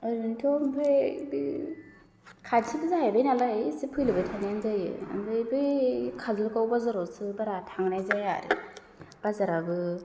ओरैनोथ' आमफ्राय बे खाथिबो जाहैबाय नालाय फैलुबाय थानायानो जायो ओमफ्राय बै खाजोलगाव बाजारावसो बारा थांनाय जाया आरो बाजाराबो